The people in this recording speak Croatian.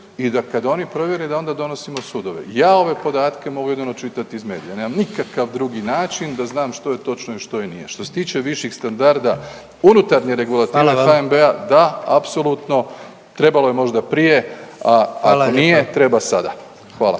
i da kad oni provjere da onda donosimo sudove. Ja ove podatke mogu jedino čitati iz medija, nemam nikakav drugi način da znam što je točno i što nije. Što se tiče viših standarda unutarnje regulative …/Upadica predsjednik: Hvala vam./… HNB-a da apsolutno trebalo je možda prije, a ako nije …/Upadica